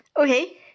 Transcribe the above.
Okay